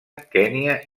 kenya